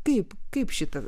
taip kaip šita